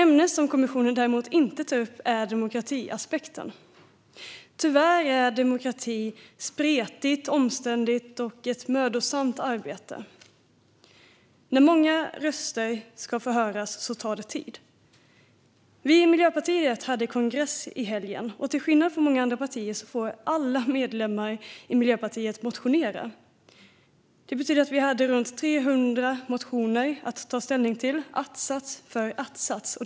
Något som kommissionen däremot inte tar upp är demokratiaspekten. Tyvärr är demokrati ett spretigt, omständligt och mödosamt arbete. När många röster ska få höras tar det tid. Vi i Miljöpartiet hade kongress i helgen. Till skillnad från i många andra partier får alla medlemmar i Miljöpartiet motionera. Det betyder att vi hade runt 300 motioner att ta ställning till att-sats för att-sats.